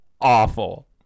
awful